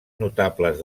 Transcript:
notables